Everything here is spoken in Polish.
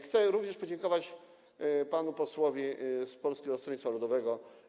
Chcę również podziękować panu posłowi z Polskiego Stronnictwa Ludowego.